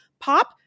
POP